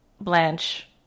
Blanche